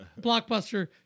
Blockbuster